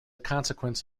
consequence